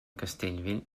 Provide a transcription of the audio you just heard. castellvell